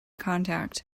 contact